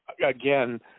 again